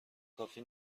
کافی